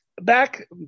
Back